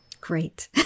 great